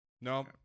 no